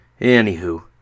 Anywho